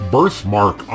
birthmark